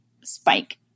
spike